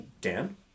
Dan